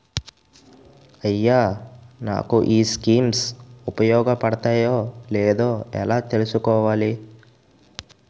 అయ్యా నాకు ఈ స్కీమ్స్ ఉపయోగ పడతయో లేదో ఎలా తులుసుకోవాలి?